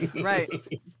Right